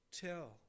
tell